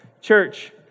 church